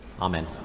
amen